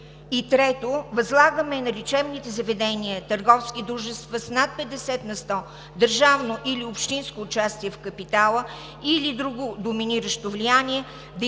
трето, възлагаме на лечебните заведения – търговски дружества с над 50 на сто държавно или общинско участие в капитала или доминиращо влияние, да